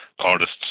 artists